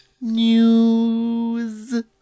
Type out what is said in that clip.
News